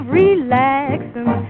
relaxing